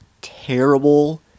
terrible